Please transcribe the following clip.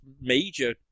major